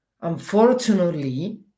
unfortunately